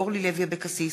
אורלי לוי אבקסיס